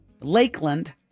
Lakeland